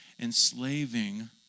enslaving